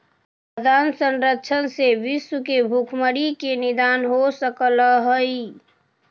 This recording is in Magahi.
खाद्यान्न संरक्षण से विश्व के भुखमरी के निदान हो सकऽ हइ